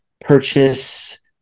purchase